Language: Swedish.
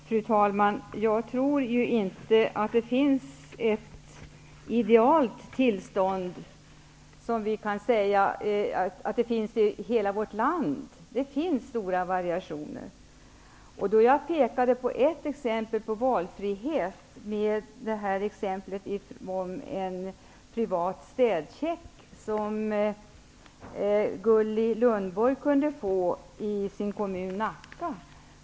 Fru talman! Jag tror inte att vi kan säga att tillståndet över hela vårt land är idealt. Det finns stora variationer. Jag pekade på ett exempel på valfrihet -- Gulli Lundborg som kunde få privat städcheck i sin kommun Nacka.